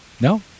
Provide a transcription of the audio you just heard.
No